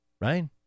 right